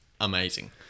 amazing